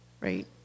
Right